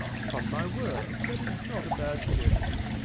upon my word, that is not a bad suggestion.